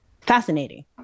Fascinating